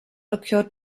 occurred